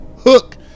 Hook